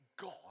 God